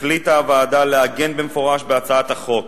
החליטה הוועדה לעגן במפורש בהצעת החוק